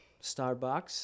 Starbucks